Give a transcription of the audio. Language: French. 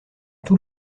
tous